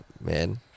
Man